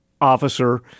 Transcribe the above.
officer